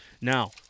Now